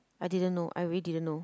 I didn't know I really didn't know